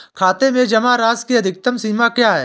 खाते में जमा राशि की अधिकतम सीमा क्या है?